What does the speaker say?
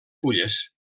fulles